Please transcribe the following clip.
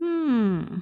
hmm